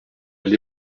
elle